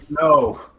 no